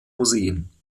museen